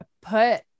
put